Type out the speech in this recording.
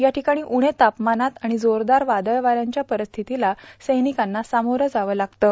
याठिकाणी उणे तापमानात आणि जोरदार वादळवाऱ्यांच्या परिस्थितीला सैनिकांना सामोरं जावं लागतं